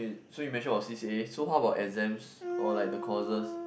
so you mention about C_C_A so how about exams or like the courses